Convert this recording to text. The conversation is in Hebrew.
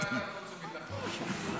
גם בוועדת החוץ והביטחון.